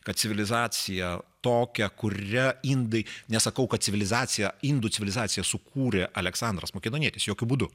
kad civilizaciją tokią kuria indai nesakau kad civilizacija indų civilizaciją sukūrė aleksandras makedonietis jokiu būdu